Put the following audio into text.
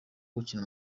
gukina